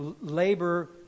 labor